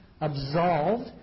absolved